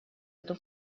эту